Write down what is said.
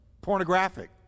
Pornographic